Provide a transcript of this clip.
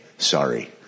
Sorry